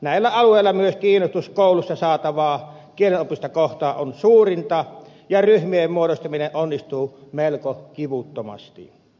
näillä alueilla myös kiinnostus koulusta saatavaa kielenopetusta kohtaan on suurinta ja ryhmien muodostaminen onnistuu melko kivuttomasti